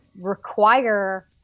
require